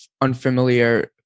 unfamiliar